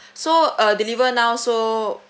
so uh deliver now so